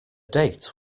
date